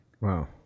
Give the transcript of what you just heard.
Wow